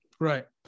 Right